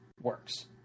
works